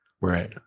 Right